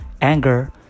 anger